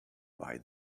buy